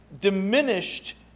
diminished